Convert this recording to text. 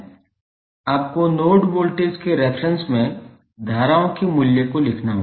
आपको node voltage के reference में धाराओं के मूल्यों को लिखना होगा